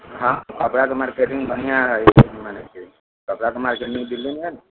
हँ कपड़ाके मार्केटिंग बढ़िआँ हइ ई मानैत छियै कपड़ाके मार्केटिंग दिल्लीमे हइ ने